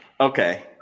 Okay